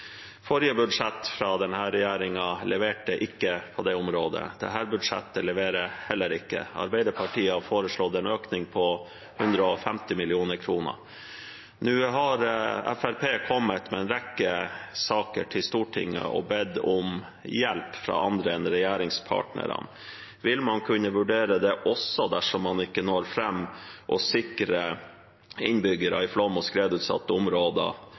Forrige budsjett fra denne regjeringen leverte ikke på det området, og dette budsjettet leverer heller ikke. Arbeiderpartiet har foreslått en økning på 150 mill. kr. Nå har Fremskrittspartiet kommet med en rekke saker til Stortinget og bedt om hjelp fra andre enn regjeringspartnerne. Vil man kunne vurdere det også dersom man ikke når fram – og sikre innbyggere i flom- og skredutsatte områder